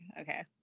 Okay